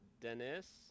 Dennis